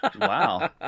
Wow